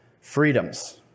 freedoms